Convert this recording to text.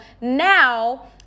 now